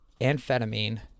amphetamine